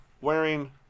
wearing